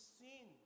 sin